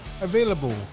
available